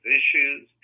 issues